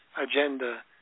agenda